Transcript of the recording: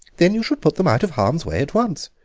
then you should put them out of harm's way at once.